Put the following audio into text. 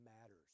matters